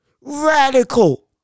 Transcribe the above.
radical